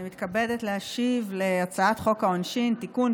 אני מתכבדת להשיב להצעת חוק העונשין (תיקון,